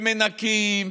מנקים,